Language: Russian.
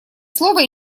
слово